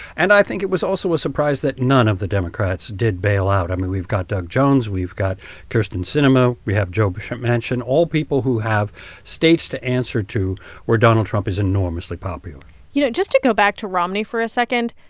and i think it was also a surprise that none of the democrats did bail out. i mean, we've got doug jones. we've got kyrsten sinema. we have joe but manchin all people who have states to answer to where donald trump is enormously popular you know, just to go back to romney for a second,